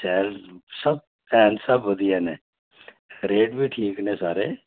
शैल सब शैल सब बधिया न एह् रेट बी ठीक न सारे